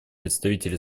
представитель